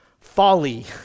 folly